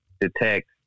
detect